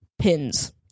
pins